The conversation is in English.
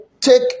take